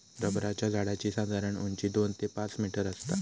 रबराच्या झाडाची साधारण उंची दोन ते पाच मीटर आसता